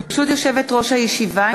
ברשות יושבת-ראש הישיבה,